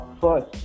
first